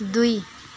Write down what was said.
दुई